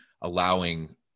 allowing